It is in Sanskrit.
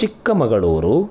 चिक्कमगलुरु